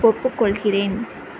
ஒப்புக்கொள்கிறேன்